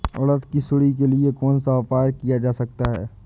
उड़द की सुंडी के लिए कौन सा उपाय किया जा सकता है?